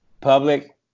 Public